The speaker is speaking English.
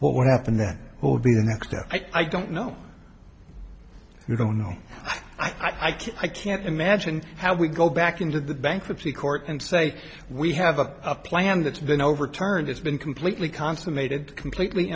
what would happen then who would be the next step i don't know you don't know i can't i can't imagine how we go back into the bankruptcy court and say we have a plan that's been overturned it's been completely consummated completely